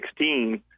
2016